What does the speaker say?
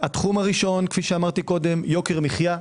התחום הראשון כאמור יוקר מחיה.